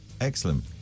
Excellent